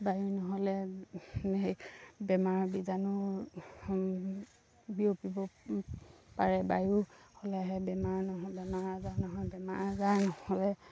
বায়ু নহ'লে বেমাৰৰ বীজাণু বিয়পিব পাৰে বায়ু হ'লেহে বেমাৰ নহয় বেমাৰ আজাৰ নহয় বেমাৰ আজাৰ নহ'লে